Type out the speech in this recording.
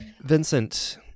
Vincent